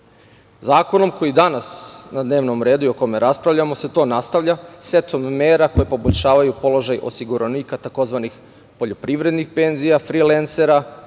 koji je danas na dnevnom redu i o kome raspravljamo, se to nastavlja, setom mera koje poboljšavaju položaj osiguranika, tzv. poljoprivrednih penzija, frilensera,